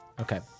Okay